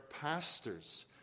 pastors